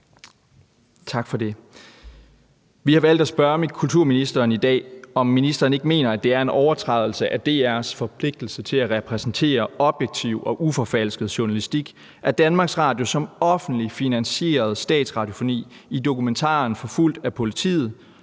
Vi har valgt at spørge kulturministeren i dag, om ministeren ikke mener, at det er en overtrædelse af DR's forpligtelse til at præsentere objektiv og uforfalsket journalistik, at DR som offentligt finansieret statsradiofoni i dokumentaren »Forfulgt af politiet?«